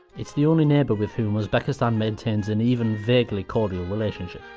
it's the only neighbour with whom uzbekistan maintains an even vaguely cordial relationship.